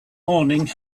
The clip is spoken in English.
morning